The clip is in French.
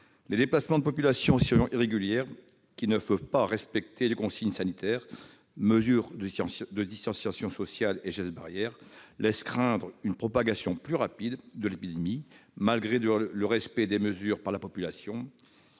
Les déplacements de personnes en situation irrégulière qui ne peuvent pas respecter les consignes sanitaires- mesures de distanciation sociale et gestes barrières -laissent craindre une propagation plus rapide de l'épidémie, malgré le respect des mesures par l'ensemble